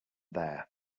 there